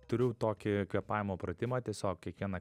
turiu tokį kvėpavimo pratimą tiesiog kiekvieną